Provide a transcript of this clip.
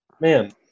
Man